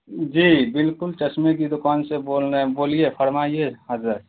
جی بالکل چشمے کی دکان سے بول رہے ہیں بولیے فرمائیے حضرت